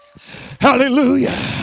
Hallelujah